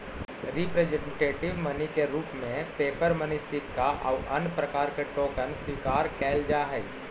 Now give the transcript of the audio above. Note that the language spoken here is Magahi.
रिप्रेजेंटेटिव मनी के रूप में पेपर मनी सिक्का आउ अन्य प्रकार के टोकन स्वीकार कैल जा हई